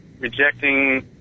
rejecting